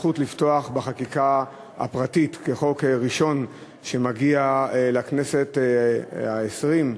בחוק הראשון שמגיע לכנסת העשרים.